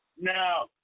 now